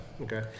Okay